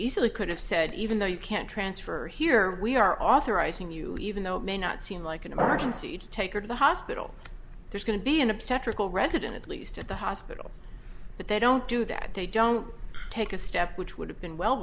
easily could have said even though you can't transfer here we are authorizing you even though it may not seem like an emergency to take her to the hospital there's going to be an obstetrical resit at least at the hospital but they don't do that they don't take a step which would have been well